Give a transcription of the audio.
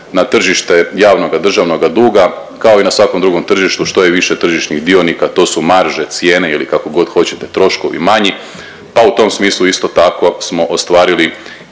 na tržište javnoga državnoga duga, kao i na svakom drugom tržištu, što je više tržišnih dionika to su marže, cijene ili kako god hoćete troškovi manji, pa u tom smislu isto tako smo ostvarili